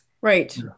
Right